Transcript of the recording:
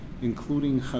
including